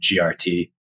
GRT